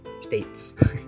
States